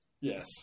Yes